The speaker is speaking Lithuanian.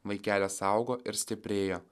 vaikelis augo ir stiprėjo